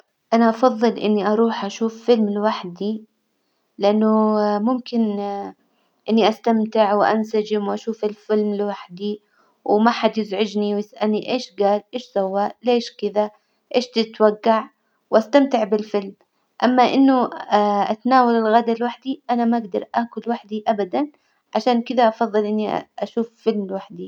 أنا أفظل إني أروح أشوف فيلم لوحدي، لإنه ممكن إني أستمتع وأنسجم وأشوف الفيلم لوحدي، وما حد يزعجني ويسألني إيش جال؟ إيش سوى؟ ليش كذ؟ إيش تتوجع? وأستمتع بالفيلم، أما إنه أتناول الغدا لوحدي أنا ما أجدر أكل وحدي أبدا، عشان كذا أفظل إني أ- أشوف فيلم لوحدي.